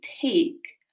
take